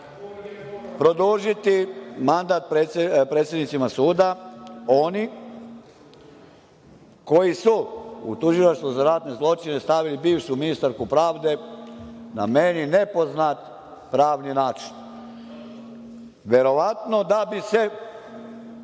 produžiti mandat predsednicima suda oni koji su u Tužilaštvu za ratne zločine stavili bivšu ministarku pravde na meni nepoznat pravni način. Verovatno da bi se